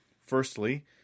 Firstly